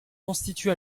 constitue